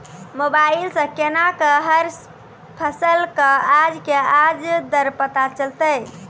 Mobile सऽ केना कऽ हर फसल कऽ आज के आज दर पता चलतै?